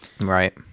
Right